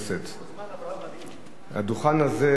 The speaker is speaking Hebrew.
הדוכן הזה,